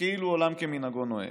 שכאילו עולם כמנהגו נוהג.